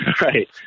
Right